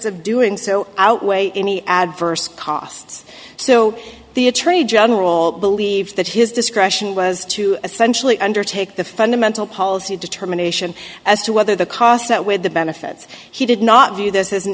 of doing so outweigh any adverse costs so the attorney general believes that his discretion was to essentially undertake the fundamental policy determination as to whether the cost that with the benefits he did not view this as an